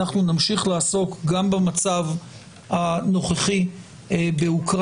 אנחנו נמשיך לעסוק גם במצב הנוכחי באוקראינה